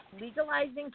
legalizing